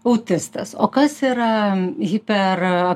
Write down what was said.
autistas o kas yra hiper